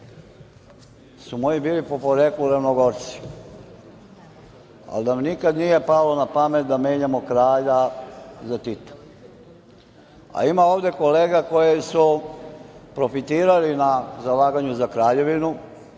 su moji bili po poreklu ravnogorci, ali da nam nikada nije palo na pamet da menjamo kralja za Tita. Ima ovde kolega koji su profitirali na zalaganju za kraljevinu,